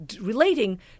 relating